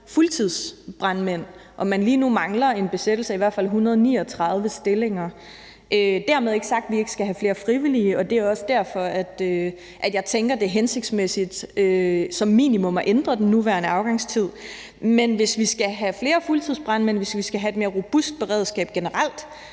fuldtidsbrandmænd. Og lige nu mangler man at få i hvert fald 139 stillinger besat. Dermed ikke sagt, at vi ikke skal have flere frivillige, og det er også derfor, jeg tænker, at det er hensigtsmæssigt som minimum at ændre den nuværende afgangstid. Men hvis vi skal have flere fuldtidsbrandmænd og vi skal have et mere robust beredskab generelt,